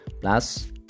plus